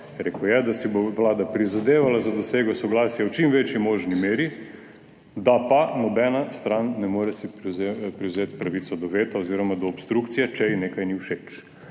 rekel je, da si bo vlada prizadevala za dosego soglasja v čim večji možni meri, da pa si nobena stran ne more privzeti pravico do veta oziroma do obstrukcije, če ji nekaj ni všeč.